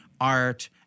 art